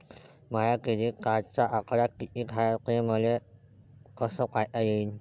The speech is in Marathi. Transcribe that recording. माया क्रेडिटचा आकडा कितीक हाय हे मले कस पायता येईन?